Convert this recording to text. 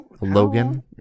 Logan